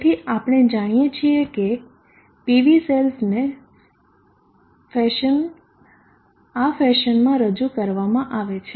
તેથી આપણે જાણીએ છીએ કે PV સેલને આ ફેશનમાં રજૂ કરવામાં આવે છે